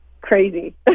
crazy